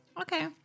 Okay